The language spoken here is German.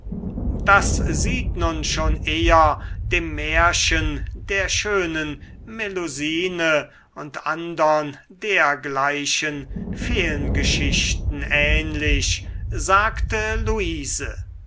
das sieht nun schon eher dem märchen der schönen melusine und andern dergleichen feengeschichten ähnlich sagte luise